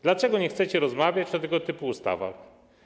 Dlaczego nie chcecie rozmawiać o tego typu ustawach?